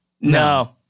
No